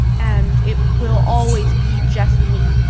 and it will always be just me